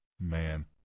man